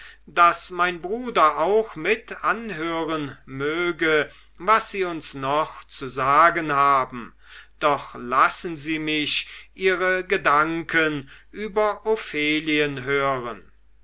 daß mein bruder auch mit anhören möge was sie uns noch zu sagen haben doch lassen sie mich ihre gedanken über ophelien hören